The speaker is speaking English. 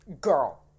Girl